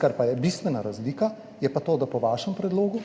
kar pa je bistvena razlika, je pa to, da bi se po vašem predlogu